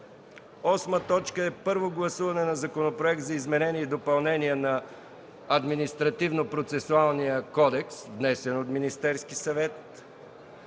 съвет. 8. Първо гласуване на Законопроекта за изменение и допълнение на Административнопроцесуалния кодекс. Вносител – Министерският съвет.